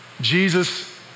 Jesus